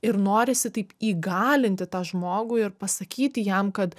ir norisi taip įgalinti tą žmogų ir pasakyti jam kad